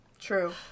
true